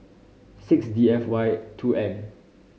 six D F Y two N